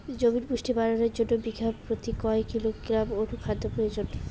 জমির পুষ্টি বাড়ানোর জন্য বিঘা প্রতি কয় কিলোগ্রাম অণু খাদ্যের প্রয়োজন?